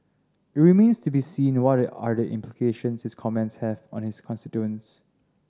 it remains to be seen what are the implications his comments have on his constituents